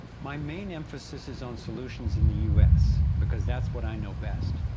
my main emphasis is on solutions in the u s, because that's what i know best,